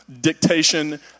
dictation